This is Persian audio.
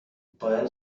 باید